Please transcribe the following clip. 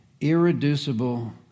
irreducible